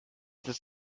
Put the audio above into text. das